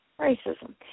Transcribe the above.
Racism